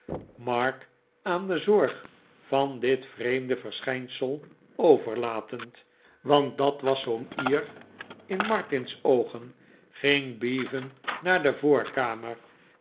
mark aan de zorg van dit vreemde verschijnsel overlatend want dat was zoo'n ler in martin's oogen ging bevan naar de voorkamer